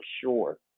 sure